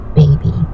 baby